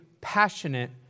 passionate